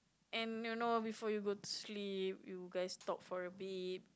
and you know before you go to sleep you guys talk for a bit